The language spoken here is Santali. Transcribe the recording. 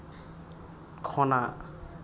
ᱠᱷᱚᱱᱟᱜ